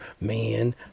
man